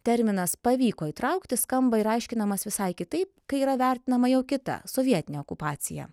terminas pavyko įtraukti skamba ir aiškinamas visai kitaip kai yra vertinama jau kita sovietinė okupacija